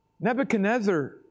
Nebuchadnezzar